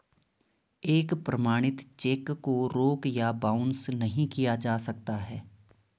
एक प्रमाणित चेक को रोका या बाउंस नहीं किया जा सकता है